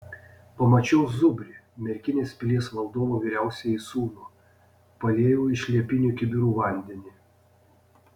pamačiau zubrį merkinės pilies valdovo vyriausiąjį sūnų paliejau iš liepinių kibirų vandenį